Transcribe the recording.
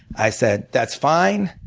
i said, that's fine.